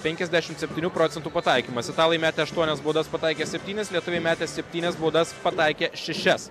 penkiasdešimt septynių procentų pataikymas italai metė aštuonias baudas pataikė septynis lietuviai metė septynias baudas pataikė šešias